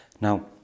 Now